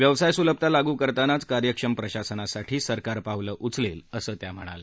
व्यवसाय सुलभता लागू करतानाच कार्यक्षम प्रशासनासाठी सरकार पावलं उचलेल असं त्या म्हणाल्या